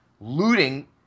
looting